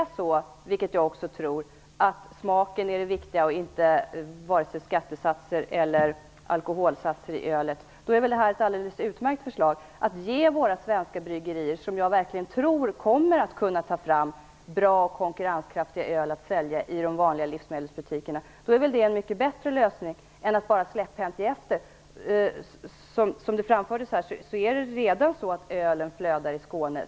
Om nu smaken på ölet och inte skattesatser eller alkoholhalter är det viktiga, vilket jag också tycker, är det väl ett alldeles utmärkt förslag att låta våra svenska bryggerier ta fram bra konkurrenskraftigt öl att sälja i de vanliga livsmedelsbutikerna? Det är väl en mycket bättre lösning än att bara släpphänt ge efter? Som det framfördes fick jag intryck av att ölet redan flödar i Skåne.